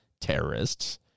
terrorists